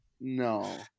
no